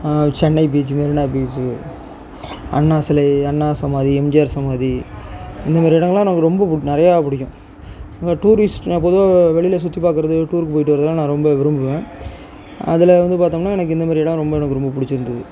Chennai beach Marina beach Anna சிலை அண்ணா சமாதி எம்ஜிஆர் சமாதி இந்த மேரி இடங்கள்லாம் எனக்கு ரொம்ப பு நிறையா பிடிக்கும் அங்கே டூரிஸ்ட் நான் பொதுவாக வெளியில சுற்றி பார்க்குறது டூருக்கு போயிவிட்டு வரதெல்லாம் நான் ரொம்ப விரும்புவேன் அதில் வந்து பார்த்தோம்ன்னா எனக்கு இந்த மேரி இடம் ரொம்ப எனக்கு ரொம்ப பிடிச்சிருந்துது